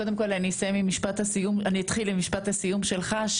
קודם כל אני אתחיל עם משפט הסיום שלך,